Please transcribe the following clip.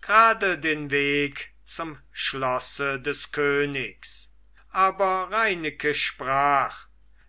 grade den weg zum schlosse des königs aber reineke sprach